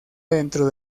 dentro